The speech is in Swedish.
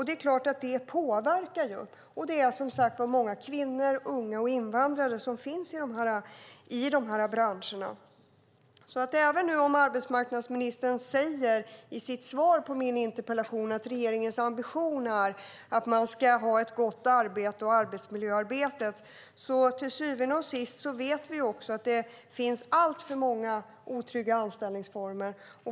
Det är klart att det påverkar. Det finns, som sagt var, många kvinnor, unga och invandrare i de här branscherna. Även om arbetsmarknadsministern i sitt svar på min interpellation säger att regeringens ambition är att arbetet och arbetsmiljöarbetet ska vara gott vet vi att det till syvende och sist finns alltför många otrygga anställningsformer.